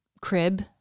crib